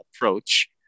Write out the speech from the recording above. approach